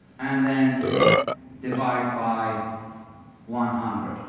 and then divide by one hundred,